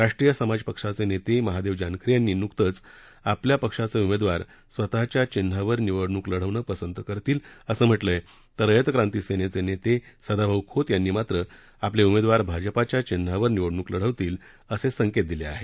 राष्ट्रीय समाज पक्षाचे नेते महादेव जानकर यांनी नुकतच आपल्या पक्षाचे उमेदवार स्वतःच्या चिन्हावर निवडणूक लढवण पसंत करतील असं म्हटलंय तर रयत क्रांती सेनेचे नेते सदाभाऊ खोत यांनी मात्र आपले उमेदवार भाजपाच्या चिन्हावर निवडणूक लढवतील असे संकेत दिले आहेत